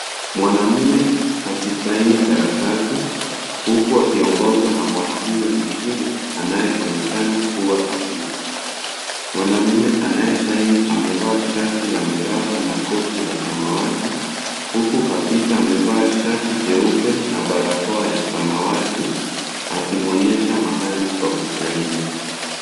Mwanamume akisaini karatasi huku akiongozwa na mwanamume mwingine anayeonekana kuwa afisa. Mwanamume anayesaini amevaa shati la miraba na koti la samawati, huku afisa amevaa shati jeupe na barakoa ya samawati akimuonyesha mahali pa kusaini.